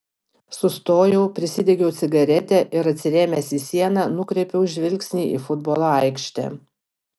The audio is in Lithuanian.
sustojau prisidegiau cigaretę ir atsirėmęs į sieną nukreipiau žvilgsnį į futbolo aikštę